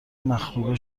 مخروبه